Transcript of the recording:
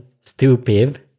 stupid